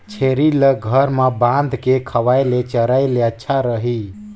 छेरी ल घर म बांध के खवाय ले चराय ले अच्छा रही?